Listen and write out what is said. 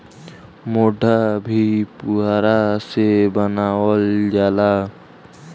मोढ़ा भी पुअरा से बनावल जाला